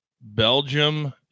Belgium